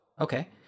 okay